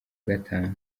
gatanu